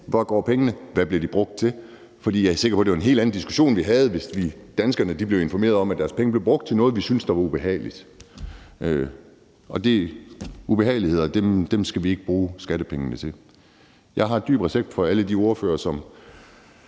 Hvor går pengene hen? Hvad bliver de brugt til? For jeg er sikker på, at det var en helt anden diskussion, vi ville have, hvis danskerne blev informeret om, at deres penge blev brugt til noget, vi syntes var ubehageligt. Ubehageligheder skal vi ikke bruge skattepengene til. Jeg har dyb respekt for alle de ordførere, som